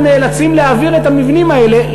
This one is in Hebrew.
אנחנו נאלצים להעביר את המבנים האלה,